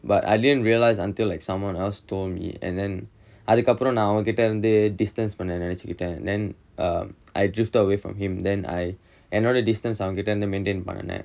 but I didn't realised until like someone else told me and then அதுக்கு அப்புறம் நா அவன்கிட்ட இருந்து:athukku appuram naa avankitta irunthu distance பண்ண நினைச்சிட்டேன்:panna ninaichittaen then err I drifted away from him then I என்னோட:ennoda distance அவன்கிட்ட இருந்து:avankitta irunthu maintain பண்ணுனேன்:pannunaen